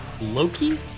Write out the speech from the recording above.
Loki